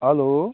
hello